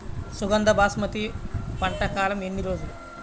సుగంధ బాస్మతి పంట కాలం ఎన్ని రోజులు?